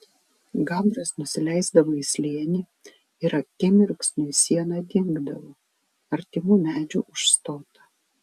gabras nusileisdavo į slėnį ir akimirksniui siena dingdavo artimų medžių užstota